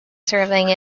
serving